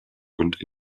und